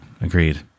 Agreed